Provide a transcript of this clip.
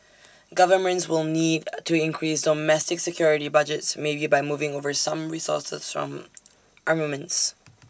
governments will need to increase domestic security budgets maybe by moving over some resources from armaments